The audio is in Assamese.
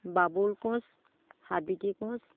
বাবুল কোচ সাবিত্ৰী কোচ